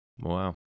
Wow